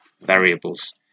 variables